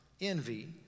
envy